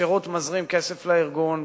השירות מזרים כסף לארגון.